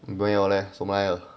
没有 leh 什么来的